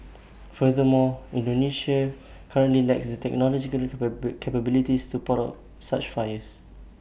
furthermore Indonesia currently lacks the technological capabilities to put out such fires